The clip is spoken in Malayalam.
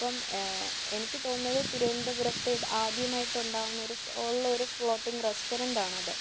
അപ്പം എനിക്ക് തോന്നുന്നത് തിരുവനന്തപുരത്ത് ആദ്യമായിട്ട് ഉണ്ടാകുന്നൊരു ഉള്ളൊരു ഫ്ളോട്ടിങ് റെസ്റ്റോറൻ്റ് ആണത്